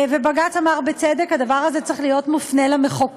ובג"ץ אמר בצדק: הדבר הזה צריך להיות מופנה למחוקק.